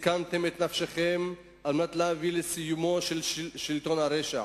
סיכנתם את נפשותיכם כדי להביא לסיומו של שלטון הרשע